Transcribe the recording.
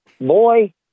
Boy